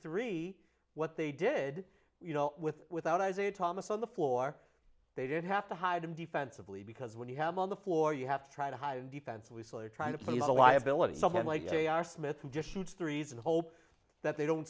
three what they did you know with without isaiah thomas on the floor they did have to hide him defensively because when you have on the floor you have to try to hide in defense we still are trying to please a liability someone like they are smith who just shoots threes and hope that they don't